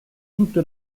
toute